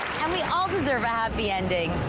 and we all deserve a happy ending,